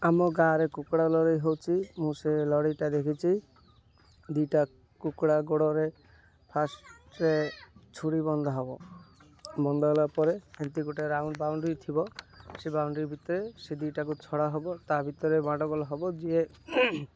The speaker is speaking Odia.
ଆମ ଗାଁରେ କୁକୁଡ଼ା ଲଢେଇ ହେଉଛି ମୁଁ ସେ ଲଢେଇଟା ଦେଖିଛି ଦୁଇଟା କୁକୁଡ଼ା ଗୋଡ଼ରେ ଫାଷ୍ଟରେ ଛୁରୀ ବନ୍ଧା ହେବ ବନ୍ଦ ହେଲା ପରେ ଏମିତି ଗୋଟେ ରାଉଣ୍ଡ ବାଉଣ୍ଡରୀ ଥିବ ସେ ବାଉଣ୍ଡରୀ ଭିତରେ ସେ ଦିଟାକୁ ଛଡ଼ା ହେବ ତା ଭିତରେ ମମାଡଗୋଳ ହେବ ଯିଏ